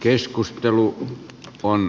keskustelu pong